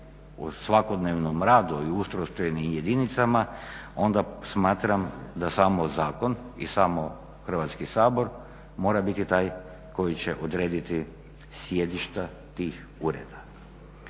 svakodnevnom radu i ustrojstvenim jedinicama onda smatram da samo zakon i samo Hrvatski sabor mora biti taj koji će odrediti sjedišta tih ureda.